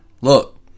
look